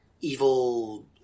evil